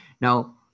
Now